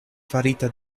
farita